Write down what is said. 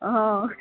હં